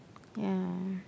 ya